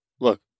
look